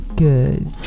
Good